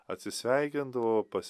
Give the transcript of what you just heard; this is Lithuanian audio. atsisveikindavo pas